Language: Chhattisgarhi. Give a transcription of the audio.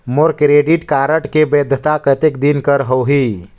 मोर क्रेडिट कारड के वैधता कतेक दिन कर होही?